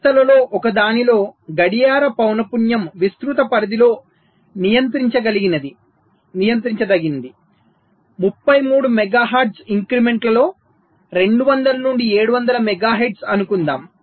వ్యవస్థలలో ఒకదానిలో గడియార పౌనపున్యం విస్తృత పరిధిలో నియంత్రించదగినది 33 మెగాహెర్ట్జ్ ఇంక్రిమెంట్లలో 200 నుండి 700 మెగాహెర్ట్జ్ అనుకుందాం